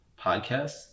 Podcasts